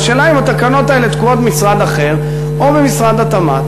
והשאלה היא אם התקנות האלה תקועות במשרד אחר או במשרד התמ"ת,